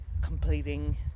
completing